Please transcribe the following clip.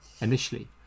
initially